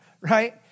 Right